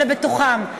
אלא בתוכם,